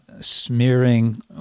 smearing